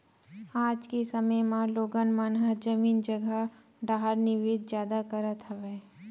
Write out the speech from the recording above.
आज के समे म लोगन मन ह जमीन जघा डाहर निवेस जादा करत हवय